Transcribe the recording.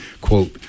quote